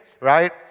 right